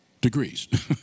degrees